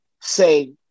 say